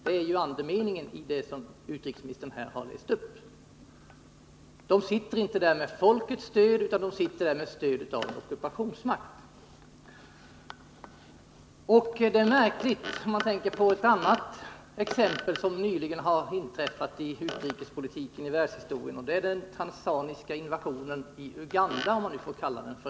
Det var ju andemeningen i det anförande som utrikesministern läste upp. Regeringen sitter inte där med folkets stöd utan med stöd av en ockupationsmakt. Regeringens inställning i det här fallet är ju märklig med tanke på ett annat exempel som nyligen har inträffat i utrikespolitiken och i världshistorien, den tanzaniska invasionen i Uganda, om man får kalla den så.